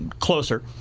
closer